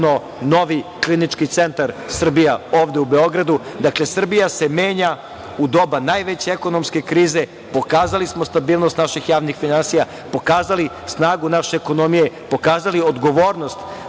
novi Klinički centar Srbije, ovde u Beogradu. Dakle, Srbija se menja u doba najveće ekonomske krize. Pokazali smo stabilnost naših javnih finansija, pokazali snagu naše ekonomije, pokazali odgovornost